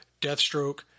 Deathstroke